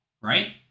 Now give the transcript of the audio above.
right